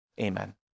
Amen